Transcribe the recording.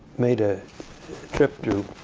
made a trip to